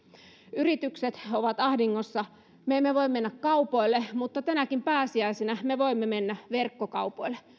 yritykset ovat ahdingossa me emme voi mennä kaupoille mutta tänäkin pääsiäisenä me voimme mennä verkkokaupoille